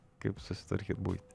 kaip susitvarkyt buitį